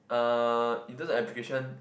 uh in terms of application